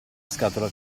scatola